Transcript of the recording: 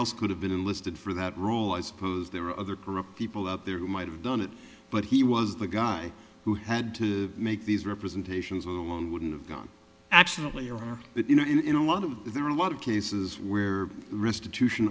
else could have been enlisted for that role as opposed there were other corrupt people up there who might have done it but he was the guy who had to make these representations wouldn't have gone actually or that you know in a lot of there are a lot of cases where restitution